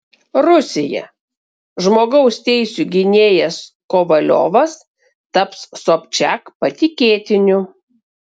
rusija žmogaus teisių gynėjas kovaliovas taps sobčiak patikėtiniu